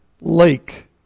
lake